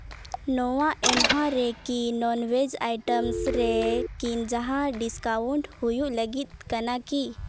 ᱱᱚᱣᱟ ᱮᱢᱦᱟ ᱨᱮᱠᱤ ᱱᱚᱱ ᱵᱷᱮᱡᱽ ᱟᱭᱴᱮᱢᱥ ᱨᱮ ᱠᱤ ᱡᱟᱦᱟᱱ ᱰᱤᱥᱠᱟᱣᱩᱱᱴ ᱦᱩᱭ ᱞᱟᱹᱜᱤᱫ ᱠᱟᱱᱟ ᱠᱤ